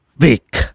week